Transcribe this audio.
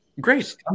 Great